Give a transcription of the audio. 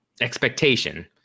expectation